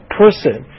person